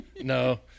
no